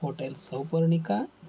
hotel Souparnika